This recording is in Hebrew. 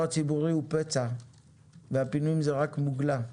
הציבורי הוא פצע והפינויים זה רק מוגלה,